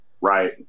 Right